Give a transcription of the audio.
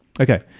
Okay